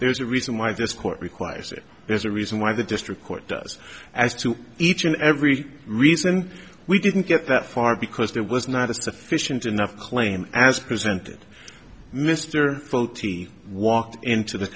there's a reason why this court requires it there's a reason why the district court does as to each and every reason we didn't get that far because there was not a sufficient enough claim as presented mr foti walked into the